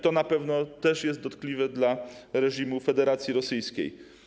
To na pewno jest dotkliwe dla reżimu Federacji Rosyjskiej.